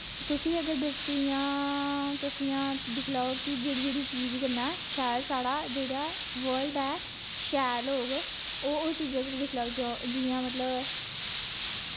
तुस इ'यां अगर बिच्च इ'यां तुस इ'यां दिक्खी लैओ कि जेह्ड़ी जेह्ड़ी चीज़ कन्नै शैल साढ़ा जेह्ड़ा बर्ल्ड ऐ शैल होग ओह् ओह् चीज़ां तुस दिक्खी लैओ जियां मतलब